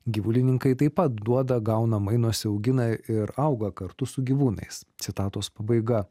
gyvulininkai taip pat duoda gauna mainosi augina ir auga kartu su gyvūnais citatos pabaiga